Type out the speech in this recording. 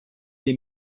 des